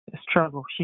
struggle